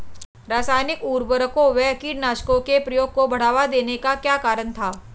रासायनिक उर्वरकों व कीटनाशकों के प्रयोग को बढ़ावा देने का क्या कारण था?